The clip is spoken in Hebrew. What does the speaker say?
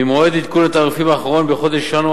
ממועד עדכון התעריפים האחרון בחודש ינואר